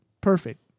Perfect